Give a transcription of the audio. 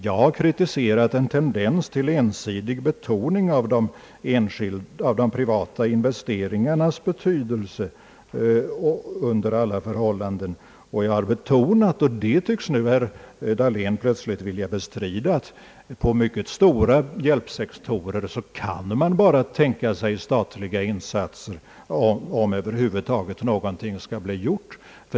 Jag har kritiserat en tendens till ensidig betoning av de privata investeringarnas betydelse under alla förhållanden, och jag har betonat — och det tycks nu plötsligt herr Dahlén vilja bestrida — att man på mycket stora hjälpsektorer bara kan tänka sig statliga insatser, om över huvud taget någonting skall bli gjort.